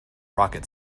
rocket